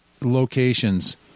locations